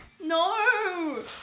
No